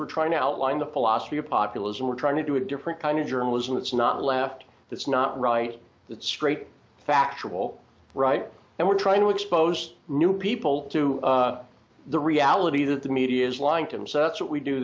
we're trying to outline the philosophy of populism we're trying to do a different kind of journalism that's not left that's not right that's straight factual right and we're trying to expose new people to the reality that the media is lying to them so that's what we do